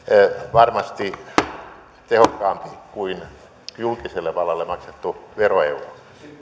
varmasti tehokkaampi kuin julkiselle vallalle maksettu veroeuro